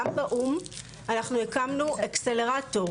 גם באו"ם אנחנו הקמנו אקסלרטור,